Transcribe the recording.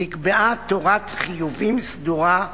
נקבעה תורת חיובים סדורה,